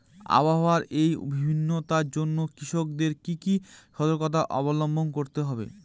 আবহাওয়ার এই ভিন্নতার জন্য কৃষকদের কি কি সর্তকতা অবলম্বন করতে হবে?